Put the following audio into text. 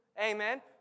amen